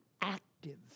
active